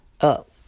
up